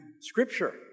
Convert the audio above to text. scripture